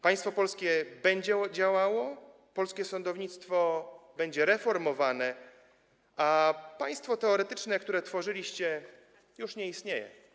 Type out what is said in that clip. Państwo polskie będzie działało, polskie sądownictwo będzie reformowane, a państwo teoretyczne, które tworzyliście, już nie istnieje.